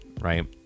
right